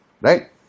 Right